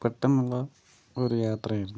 പെട്ടന്നുള്ള ഒരു യാത്രയായിരുന്നു